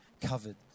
covered